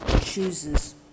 chooses